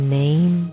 name